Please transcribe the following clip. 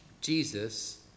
Jesus